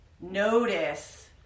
notice